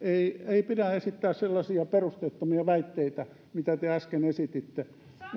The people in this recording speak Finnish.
ei pidä esittää sellaisia perusteettomia väitteitä mitä te äsken esititte